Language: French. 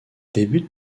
débute